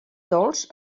dolç